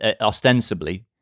ostensibly